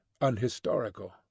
unhistorical